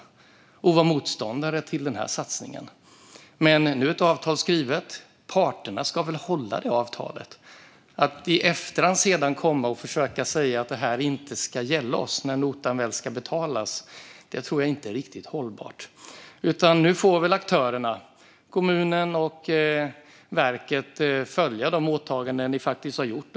Jag var också motståndare till den här satsningen. Men nu är ett avtal skrivet, och parterna ska väl hålla det avtalet. Att i efterhand komma och försöka säga att detta inte ska gälla oss när notan väl ska betalas tror jag inte är riktigt hållbart. Nu får aktörerna, kommunen och verket, följa de åtaganden de faktiskt har gjort.